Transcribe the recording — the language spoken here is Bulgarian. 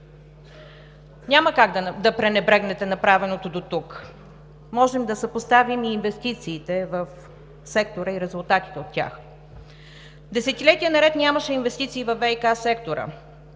Няма как да пренебрегнете направеното дотук. Можем да съпоставим и инвестициите в сектора и резултатите от тях. Десетилетия наред нямаше инвестиции във ВиК сектора.